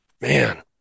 Man